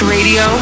Radio